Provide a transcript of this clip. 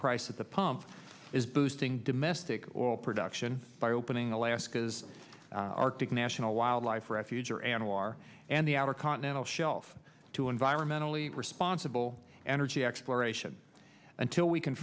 price at the pump is boosting domestic oil production by opening alaska's arctic national wildlife refuge or anwar and the outer continental shelf to environmentally responsible energy exploration until we can